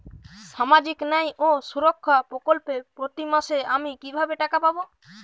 সামাজিক ন্যায় ও সুরক্ষা প্রকল্পে প্রতি মাসে আমি কিভাবে টাকা পাবো?